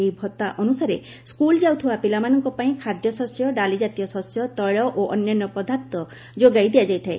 ଏହି ଭଉା ଅନୁସାରେ ସ୍କୁଲ ଯାଉଥିବା ପିଲାମାନଙ୍କ ପାଇଁ ଖାଦ୍ୟଶସ୍ୟ ଡାଲିଜାତୀୟ ଶସ୍ୟ ତୈଳ ଓ ଅନ୍ୟାନ୍ୟ ପଦାର୍ଥ ଯୋଗାଇ ଦିଆଯାଇଥାଏ